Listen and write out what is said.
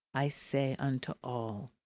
i say unto all,